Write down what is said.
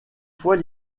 fois